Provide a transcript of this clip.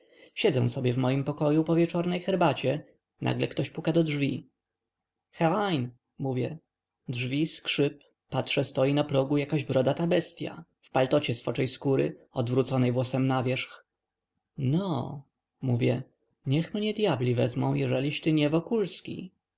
siedzę sobie w moim pokoju po wieczornej herbacie nagle ktoś puka do drzwi herein mówię drzwi skrzyp patrzę stoi na progu jakaś brodata bestya w paltocie z foczej skóry odwróconej włosem na wierzch no mówię niech mnie dyabli wezmą jeżeliś ty nie wokulski